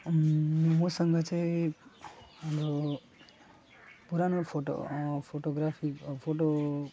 मसँग चाहिँ हाम्रो पुरानो फोटो फोटोग्राफी फोटो